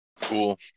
Cool